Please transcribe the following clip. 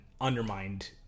undermined